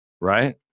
Right